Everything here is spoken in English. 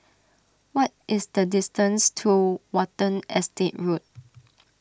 what is the distance to Watten Estate Road